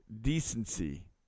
decency